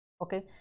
okay